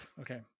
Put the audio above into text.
Okay